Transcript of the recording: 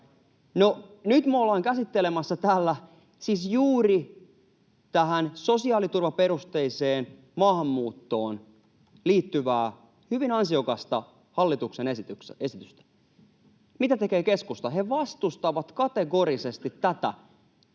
nyt me ollaan käsittelemässä täällä siis juuri tähän sosiaaliturvaperusteiseen maahanmuuttoon liittyvää hyvin ansiokasta hallituksen esitystä. Mitä tekee keskusta? [Juho Eerola: Missä ovat kaikki?]